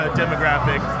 demographic